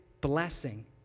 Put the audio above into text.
Blessing